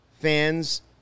fans